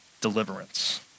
deliverance